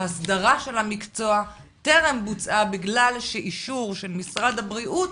ההסדרה של המקצוע טרם בוצעה בגלל שאישור של משרד הבריאות,